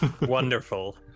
Wonderful